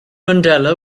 mandela